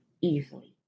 easily